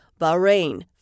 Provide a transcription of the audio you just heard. Bahrain